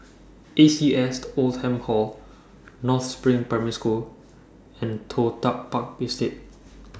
A C S Oldham Hall North SPRING Primary School and Toh Tuck Park Estate